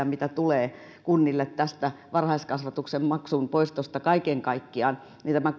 joita tulee kunnille varhaiskasvatuksen maksun poistosta kaiken kaikkiaan tämä